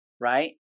right